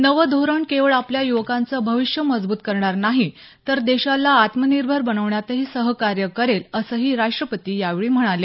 नवं धोरण केवळ आपल्या युवकांचं भविष्य मजबूत करणार नाही तर देशाला आत्मनिर्भर बनवण्यातही सहकार्य करेल असंही राष्ट्रपती यावेळी म्हणाले